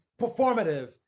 performative